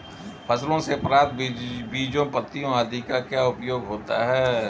फसलों से प्राप्त बीजों पत्तियों आदि का क्या उपयोग होता है?